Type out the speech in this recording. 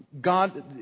God